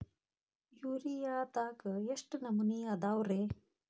ಯೂರಿಯಾದಾಗ ಎಷ್ಟ ನಮೂನಿ ಅದಾವ್ರೇ?